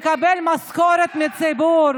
מקבל משכורת מהציבור,